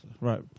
Right